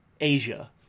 Asia